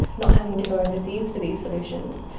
not having to go overseas for these solutions,